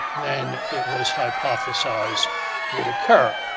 than it was hypothesized would occur.